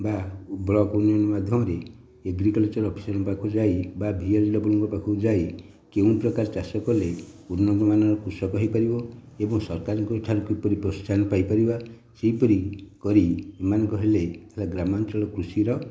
ବା ବ୍ଲକ ଉନ୍ନୟନ ମାଧ୍ୟମରେ ଏଗ୍ରିକଲଚର୍ ଅଫିସରଙ୍କ ପାଖକୁ ଯାଇ ବା ବିଏଲଡବ୍ଲୁଙ୍କ ପାଖକୁ ଯାଇ କେଉଁ ପ୍ରକାର ଚାଷ କଲେ ଉନ୍ନତିମାନର କୃଷକ ହୋଇପାରିବ ଏବଂ ସରକାରଙ୍କଠାରୁ କିପରି ପ୍ରୋତ୍ସାହନ ପାଇପାରିବା ସେହିପରି କରି ଏମାନେ କହିଲେ ଗ୍ରାମାଞ୍ଚଳ କୃଷିର